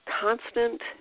constant